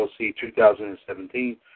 2017